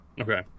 Okay